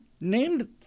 named